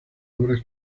obras